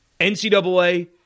NCAA